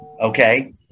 okay